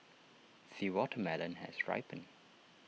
the watermelon has ripened